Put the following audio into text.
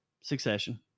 Succession